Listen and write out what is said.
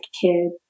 kid